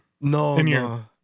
no